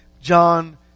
John